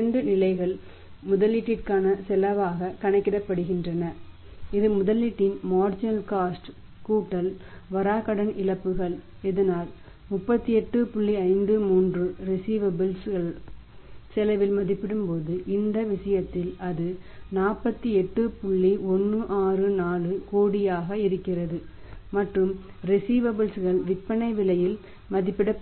இப்போது நீங்கள் இதை ஒப்பிட்டுப் பார்க்க வேண்டும்